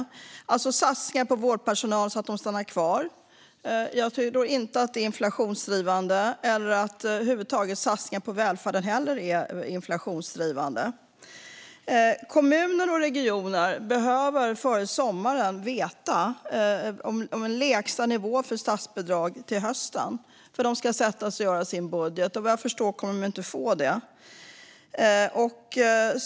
Jag tror inte att satsningar på vårdpersonal så att de stannar kvar är inflationsdrivande. Jag tror inte heller att satsningar över huvud taget på välfärden är inflationsdrivande. Kommuner och regioner behöver före sommaren veta lägsta nivån för statsbidrag till hösten, för de ska sätta sig och göra sin budget. Vad jag förstår kommer de inte att få det.